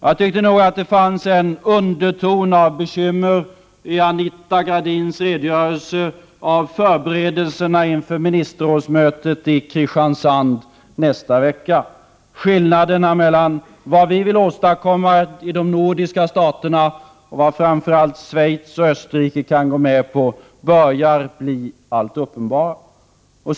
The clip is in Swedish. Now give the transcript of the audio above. Jag tyckte att det fanns en underton av bekymmer i Anita Gradins redogörelse för förberedelserna inför ministerrådsmötet i Kristiansand nästa vecka. Skillnaderna mellan vad vi vill åstadkomma i de nordiska staterna och vad framför allt Schweiz och Österrike kan gå med på börjar bli allt mer uppenbara.